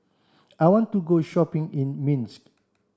I want to go shopping in Minsk